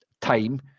time